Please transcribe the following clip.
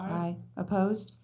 aye. opposed?